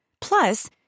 Plus